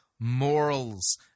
morals